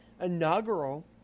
inaugural